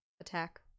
attack